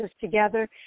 together